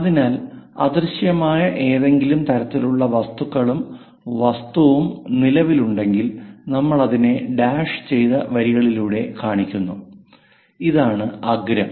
അതിനാൽ അദൃശ്യമായ ഏതെങ്കിലും തരത്തിലുള്ള വസ്തുക്കളും വസ്തുവും നിലവിലുണ്ടെങ്കിൽ നമ്മൾ അതിനെ ഡാഷ് ചെയ്ത വരികളിലൂടെ കാണിക്കുന്നു ഇതാണ് അഗ്രം